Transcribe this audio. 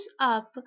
up